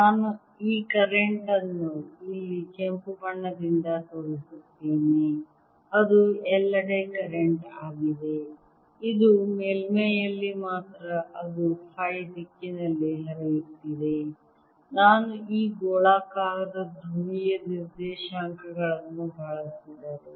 ನಾನು ಈ ಕರೆಂಟ್ ಅನ್ನು ಇಲ್ಲಿ ಕೆಂಪು ಬಣ್ಣದಿಂದ ತೋರಿಸುತ್ತೇನೆ ಅದು ಎಲ್ಲೆಡೆ ಕರೆಂಟ್ ಆಗಿದೆ ಇದು ಮೇಲ್ಮೈಯಲ್ಲಿ ಮಾತ್ರ ಅದು ಫೈ ದಿಕ್ಕಿನಲ್ಲಿ ಹರಿಯುತ್ತಿದೆ ನಾನು ಈ ಗೋಳಾಕಾರದ ಧ್ರುವೀಯ ನಿರ್ದೇಶಾಂಕಗಳನ್ನು ಬಳಸಿದರೆ